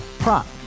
Prop